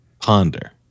Ponder